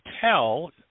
tell